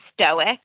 stoic